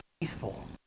faithful